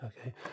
Okay